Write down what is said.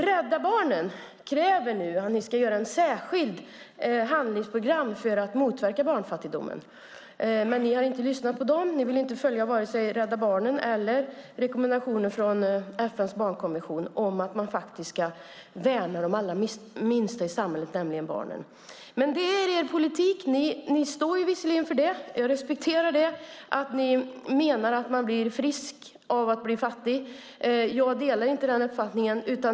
Rädda Barnen kräver nu att ni ska utforma ett särskilt handlingsprogram för att motverka barnfattigdomen, men ni har inte lyssnat på dem. Ni vill inte följa vare sig Rädda Barnen eller rekommendationer från FN:s barnkonvention om att man faktiskt ska värna de allra minsta i samhället, nämligen barnen. Det är er politik - ni står visserligen för det och jag respekterar det - att man blir frisk av att bli fattig. Jag delar inte den uppfattningen.